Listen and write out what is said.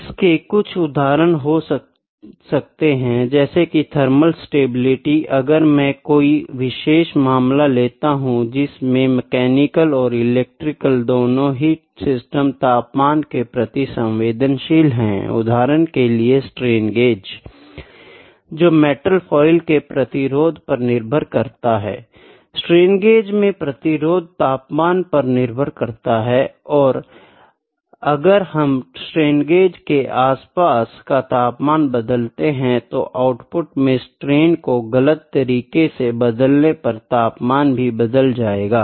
इसके कुछ उदाहरण हो सकते हैं जैसे कि थर्मल स्टेबिलिटी अगर मैं कोई विशेष मामला लेता हूं जिसमें मैकेनिकल और इलेक्ट्रिकल दोनों ही सिस्टम तापमान के प्रति संवेदनशील हैं उदाहरण के लिए स्ट्रेन गेज जो मेटल फॉयल के प्रतिरोध पर निर्भर करता है स्ट्रेन गेज में प्रतिरोध तापमान पर निर्भर करता है और अगर हम स्ट्रेन गेज के आसपास का तापमान बदलते हैं तो आउटपुट में स्ट्रेन को गलत तरीके से बदलने पर तापमान भी बदल जाएगा